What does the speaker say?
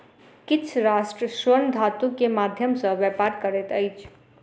किछ राष्ट्र स्वर्ण धातु के माध्यम सॅ व्यापार करैत अछि